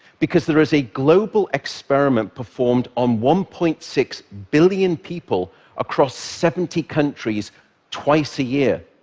because there is a global experiment performed on one point six billion people across seventy countries twice a year,